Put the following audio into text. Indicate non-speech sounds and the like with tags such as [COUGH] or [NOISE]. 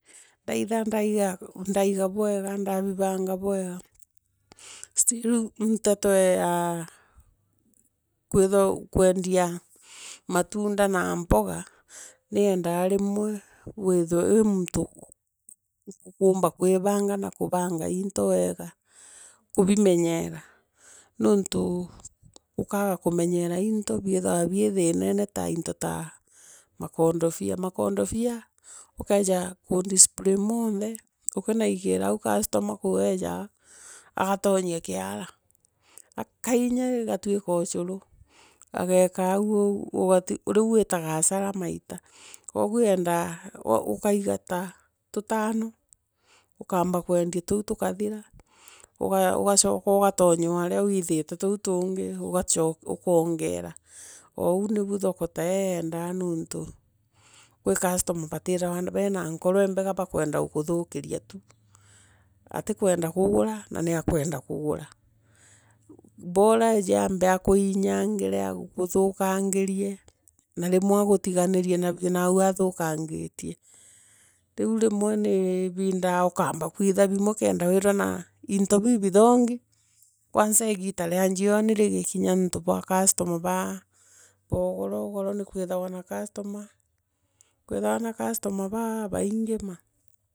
Ndaitha ndaiga ndaiga bwega ndabilanga bwega [HESITATION] still nyeto ya [HESITATION] kwitherwa kwendia matunda na mpoya niendaa rimwe withirwe wi muntu u- u- ukuumbe kwibonga na kubanya into bega kubimenyera nuntu ukaaga kumenyera into bithaa bii bii thinane ta into ta makonde bia makondobia ukaiya kudisplay monthe ukinaigiira agu kastoma kwi gwe aiyaa agatonyia kiara, akainya igatuka ucuru, agaika agu ugu [UNINTELLIGIBLE] riu gutaga acara maita. Koogu yiendaga [UNINTELLIGIBLE] ugaiga ta tutano ukaamba kuendia tuu tukathira [UNINTELLIGIBLE] ugacooke ugatonya oaria guithiire tuu tungi [UNINTELLIGIBLE] ukaongeera. Ouu nibuo thuko tau ii veenda nunbtu gwi kastoma baftthagirwa bai na nkaro imbega bakuenda guku thukukiria tu. Atikuenda kugura na niakuenda kugura. Bora aiye akuinyangire, akuthukangirie na rimwe agutigaririe nabio naagu athukangitia. Rili rimwe nilindaa ukaamba kuitha bimwe kenda gwithirwa naa into bibithongi kwanza igitia ria jioni rigikinya niunti bwa kastoma ba ugoro nakuithiroa na kastoma kwithiroa na kastoma baabaingi mma.